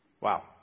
Wow